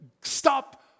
stop